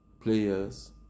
players